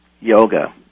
yoga